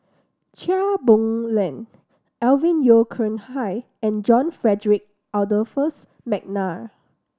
Chia Boon Leong Alvin Yeo Khirn Hai and John Frederick Adolphus McNair